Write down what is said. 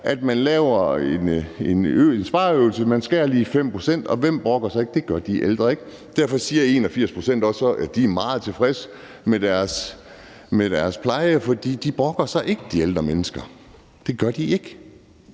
at man laver en spareøvelse. Man skærer lige 5 pct., og hvem brokker sig ikke? Det gør de ældre ikke. Derfor siger 81 pct. så også, at de er meget tilfredse med deres pleje, for de ældre mennesker brokker sig ikke. Det gør de ikke.